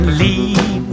lead